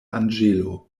anĝelo